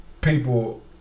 People